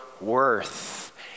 worth